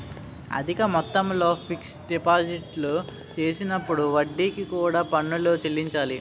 అధిక మొత్తంలో ఫిక్స్ డిపాజిట్లు చేసినప్పుడు వడ్డీకి కూడా పన్నులు చెల్లించాలి